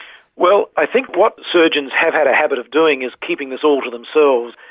well, i think what surgeons have had a habit of doing is keeping this all to themselves,